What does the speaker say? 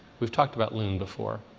we've talked about loon before.